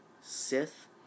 Sith